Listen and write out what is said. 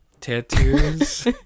tattoos